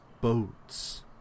boats